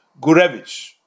Gurevich